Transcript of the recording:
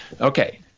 Okay